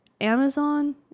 Amazon